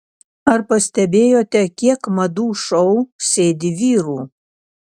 ar pastebėjote kiek madų šou sėdi vyrų